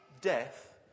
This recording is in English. death